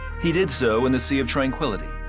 he did so in the sea of tranquility.